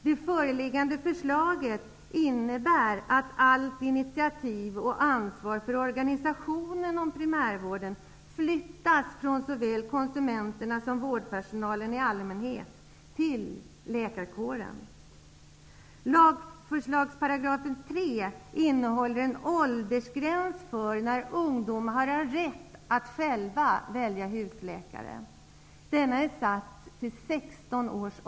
Det föreliggande förslaget innebär att allt initiativ och ansvar för organisationen av primärvården flyttas från såväl konsumenterna som vårdpersonalen i allmänhet till läkarkåren. Gränsen är satt till 16 år.